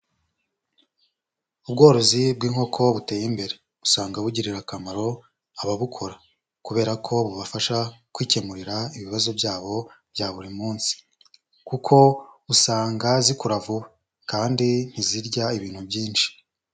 Ubworozi bw'inkoko buteye imbere, usanga bugirira akamaro ababukora kubera ko bubafasha kwikemurira ibibazo byabo bya buri munsi kuko usanga zikura vuba kandi ntizirya ibintu byinshi.